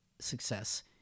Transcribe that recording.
success